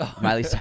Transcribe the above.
Miley